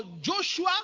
Joshua